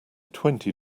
twenty